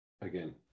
again